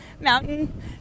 mountain